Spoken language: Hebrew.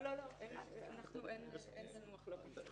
לא, אין בינינו מחלוקת.